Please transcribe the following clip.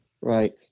Right